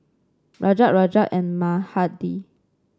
Rajat Rajat and Mahade